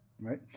right